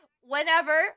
whenever